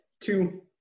Two